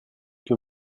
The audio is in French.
que